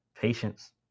patience